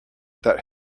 that